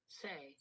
say